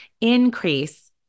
increase